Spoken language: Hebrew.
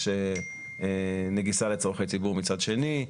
יש נגיסה לצרכי ציבור מצד שני,